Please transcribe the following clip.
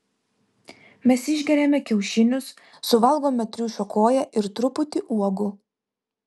mes išgeriame kiaušinius suvalgome triušio koją ir truputį uogų